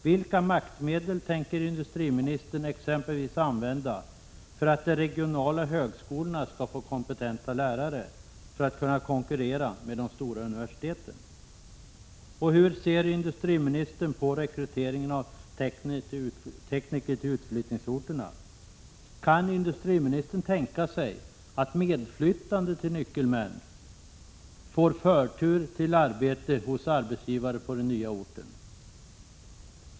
Vilka maktmedel tänker industriministern exempelvis använda för att de regionala högskolorna skall få kompetenta lärare och kunna konkurrera med de stora universiteten? Hur ser industriministern på rekryteringen av tekniker till utflyttningsorterna? Kan industriministern tänka sig att medflyttande till nyckelmän får förtur till arbete hos arbetsgivare på den nya orten?